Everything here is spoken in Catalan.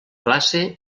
classe